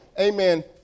Amen